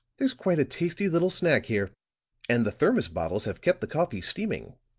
there's quite a tasty little snack here and the thermos bottles have kept the coffee steaming.